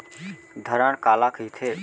धरण काला कहिथे?